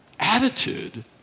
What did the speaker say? attitude